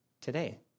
today